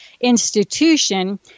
institution